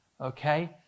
Okay